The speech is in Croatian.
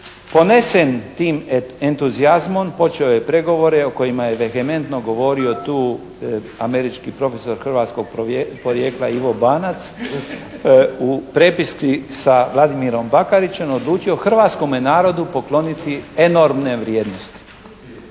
ponesen tim entuzijazmom počeo je pregovore o kojima je vegementno govorio tu američki profesor hrvatskog porijekla Ivo Banac u prepiski sa Vladimirom Bakarićem odlučio hrvatskome narodu pokloniti enormne vrijednosti.